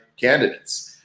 candidates